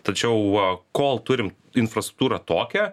tačiau va kol turim infrastruktūrą tokią